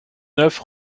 neuf